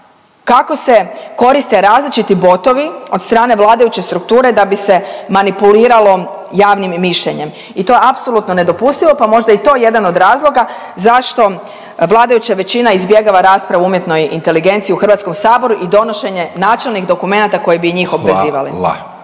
kako se koriste različiti botovi od strane vladajuće strukture da bi se manipuliralo javnim mišljenjem. I to je apsolutno nedopustivo pa je možda i to jedan od razloga zašto vladajuća većina izbjegava raspravu o umjetnoj inteligenciji u HS-u i donošenje načelnih dokumenata koji bi i njih obvezivali.